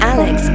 Alex